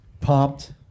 Pumped